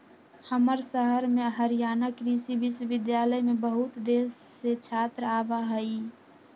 हमर शहर में हरियाणा कृषि विश्वविद्यालय में बहुत देश से छात्र आवा हई